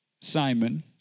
Simon